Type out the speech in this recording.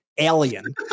alien